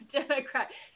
Democrat